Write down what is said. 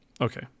Okay